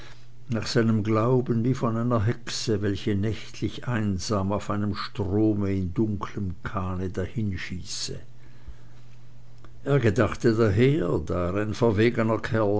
nach seinem glauben wie von einer hexe welche nächtlich einsam auf einem strome in dunklem kahne dahinschieße er gedachte daher da er ein verwegener kerl